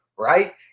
right